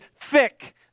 thick